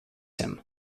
him